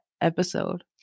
episode